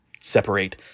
separate